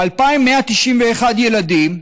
2,191 ילדים,